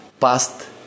past